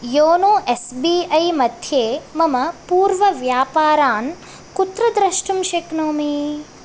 YONO S B ऐमध्ये मम पूर्वव्यापारान् कुत्र द्रष्टुं शक्नोमि